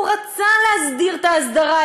הוא רצה להסדיר את ההסדרה,